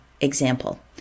example